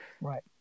Right